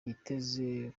yiteze